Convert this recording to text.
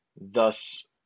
thus